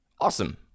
awesome